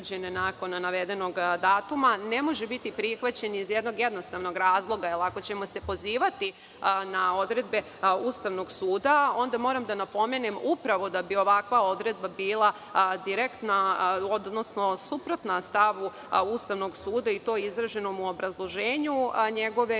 nakon navedenog datuma ne može biti prihvaćen iz jednog jednostavnog razloga, jer ako ćemo se pozivati na odredbe Ustavnog suda, onda moram da napomenem da bi upravo ovakva odredba bila direktna, odnosno suprotna stavu Ustavnog suda i to izraženom u obrazloženju njegove